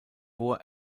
durch